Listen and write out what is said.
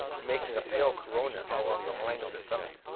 making a pale corona along the line of the summit.